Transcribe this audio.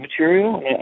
material